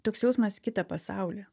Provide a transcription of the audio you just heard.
toks jausmas į kitą pasaulį